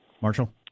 Marshall